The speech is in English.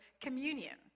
communion